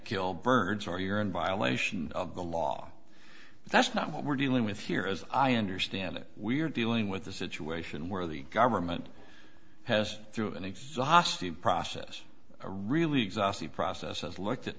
kill birds or you're in violation of the law but that's not what we're dealing with here as i understand it we're dealing with a situation where the government has through an exhaustive process a really exhaustive process is looked at